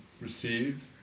receive